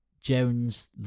Jones